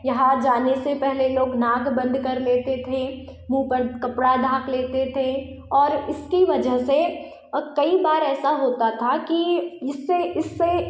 यहाँ जाने से पहले लोग नाक बंद कर लेते थे मुंह पर कपड़ा ढाँक लेते थे और इसकी वजह से कई बार ऐसा होता था कि इससे इससे